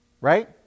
right